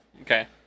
Okay